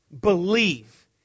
believe